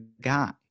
guy